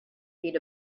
beat